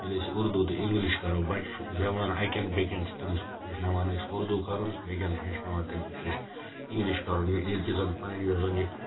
ییٚلہِ أسۍ اردوٗ تہٕ اِنٛگلِش کَرَو بَچہِ چھُ زیٚوان اَکہِ اَنٛدٕ بیٚکہِ اَنٛدٕ چھِ تٔمِس ہیٚچھناوان أسۍ اردوٗ کَرُن بیٚکہِ اَنٛدٕ چھِ ہیٚچھناوان تٔمِس أسۍ اِنٛگلِش کَرُن ییٚلہِ کہِ زَن پَنٕنۍ یۄس زَن یہِ